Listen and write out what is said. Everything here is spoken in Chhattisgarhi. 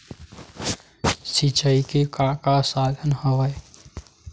सिंचाई के का का साधन हवय?